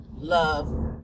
love